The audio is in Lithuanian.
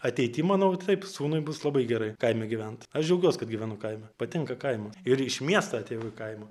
ateity manau taip sūnui bus labai gerai kaime gyvent aš džiaugiuos kad gyvenu kaime patinka kaimas ir iš miesto atėjau į kaimą